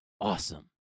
awesome